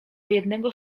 jednego